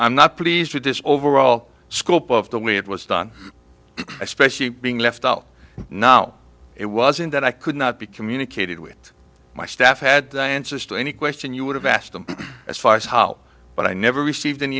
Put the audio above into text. i'm not pleased with this overall scope of the way it was done especially being left out now it wasn't that i could not be communicated with my staff had answers to any question you would have asked them as far as how but i never received an